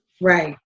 Right